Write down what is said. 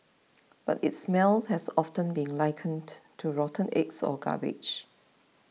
but its smells has often been likened to rotten eggs or garbage